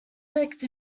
clicked